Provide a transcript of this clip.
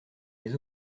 les